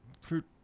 fruit